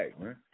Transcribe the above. man